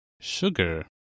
sugar